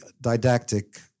didactic